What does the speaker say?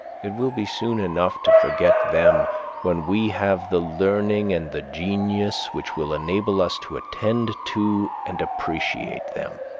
it will be soon enough to forget them when we have the learning and the genius which will enable us to attend to and appreciate them.